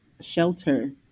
shelter